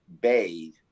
bathe